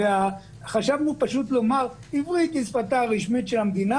חשבנו לומר שעברית היא שפתה הרשמית של המדינה,